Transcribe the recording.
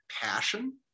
passion